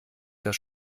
das